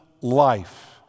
life